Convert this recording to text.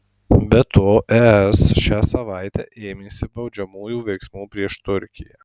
be to es šią savaitę ėmėsi baudžiamųjų veiksmų prieš turkiją